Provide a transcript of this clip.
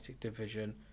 division